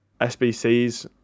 SBCs